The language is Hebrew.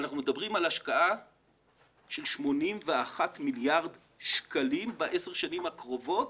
אנחנו מדברים על השקעה של 81 מיליארד שקלים ב-10 השנים הקרובות